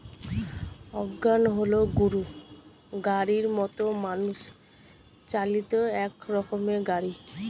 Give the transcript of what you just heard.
wagon হল গরুর গাড়ির মতো মানুষ চালিত এক রকমের গাড়ি